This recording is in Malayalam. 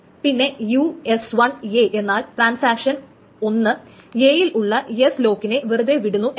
പിന്നെ എന്നാൽ ട്രാൻസാക്ഷൻ 1 a യിൽ ഉള്ള എസ് ലോക്കിനെ വെറുതെ വിടുന്നു എന്നാണ്